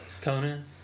Conan